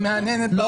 היא מהנהנת בראש.